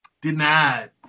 Denied